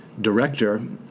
director